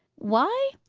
why,